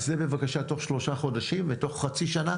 זה בבקשה תוך שלושה חודשים, ותוך חצי שנה